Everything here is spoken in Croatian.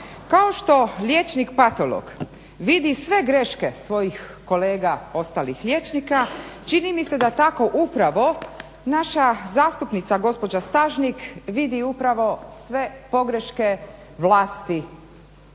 Kao što liječnik patolog vidi sve greške svojih kolega ostalih liječnika čini mi se da tako upravo naša zastupnica gospođa Stažnik vidi upravo sve pogreške vlasti